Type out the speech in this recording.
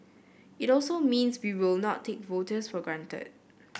it also means we will not take voters for granted